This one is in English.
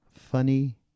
funny